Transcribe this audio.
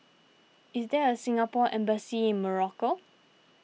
is there a Singapore Embassy in Morocco